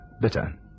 bitter